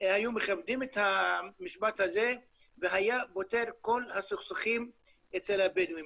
הם היו מכבדים את המשפט הזה והוא היה פותר את כל הסכסוכים אצל הבדואים.